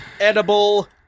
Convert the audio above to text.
edible